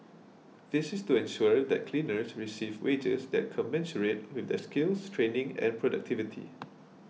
this is to ensure that cleaners receive wages that commensurate skills training and productivity